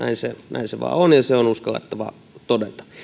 näin se vaan on ja se on uskallettava todeta